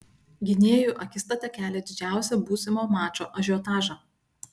gynėjų akistata kelia didžiausią būsimo mačo ažiotažą